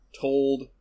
told